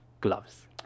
gloves